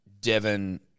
Devon